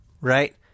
right